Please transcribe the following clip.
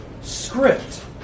script